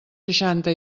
seixanta